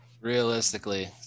Realistically